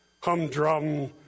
humdrum